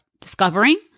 discovering